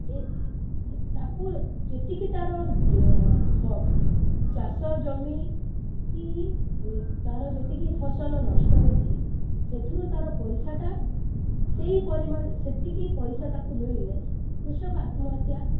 ଏତେ ତାକୁ ଯେତିକି ତା'ର ଫ ଚାଷ ଜମି କି ତାର ଯେତିକି ଫସଲ ନଷ୍ଟ ହୋଇଛି ସେଥିରୁ ତାର ପଇସାଟା ସେଇ ପରିମାଣ ସେତିକି ପଇସା ତାକୁ ମିଳିଲେ କୃଷକ ଆତ୍ମହତ୍ୟା